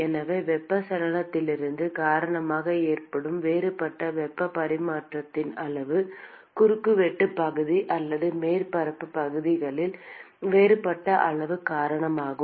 எனவே வெப்பச்சலனங்களின் காரணமாக ஏற்படும் வேறுபட்ட வெப்பப் பரிமாற்றத்தின் அளவு குறுக்கு வெட்டுப் பகுதி அல்லது மேற்பரப்புப் பகுதியின் வேறுபட்ட அளவு காரணமாகும்